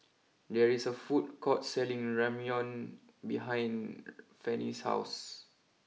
there is a food court selling Ramyeon behind Fannie's house